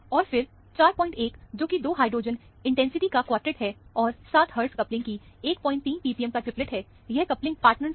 और फिर 41 जो कि 2 हाइड्रोजन इंटेंसिटी का क्वार्टेट है और 7 हर्टज कपलिंग की 13 ppm का ट्रिपलेट है यह कपलिंग पार्टनर हैं